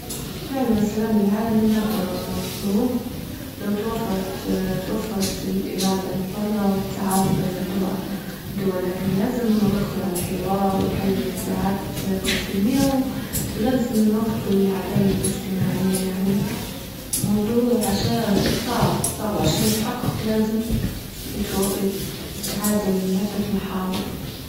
فعلا السلام العالمي نجدروا نوفروه لو توفرت-توفرت الإرادة الحرة والتعاون بين الدول-الدول، لكن لازم نركزوا عالحوار وحل النزاعات بطريقة سلمية ولازم نوفروا العدالة الإجتماعية يعني موضوع عشان صعب-صعب عشان يتحقق لازم يت-يتعادل من عدة محاور.